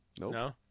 No